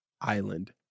Island